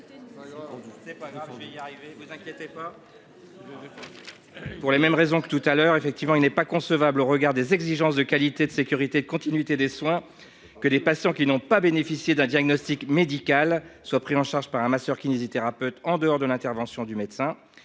Pour les mêmes raisons que tout à l'heure effectivement, il n'est pas concevable au regard des exigences de qualité, de sécurité, continuité des soins que les patients qui n'ont pas bénéficié d'un diagnostic médical soit pris en charge par un masseur kinésithérapeute, en dehors de l'intervention du médecin